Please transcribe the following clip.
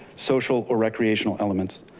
social, or recreational elements.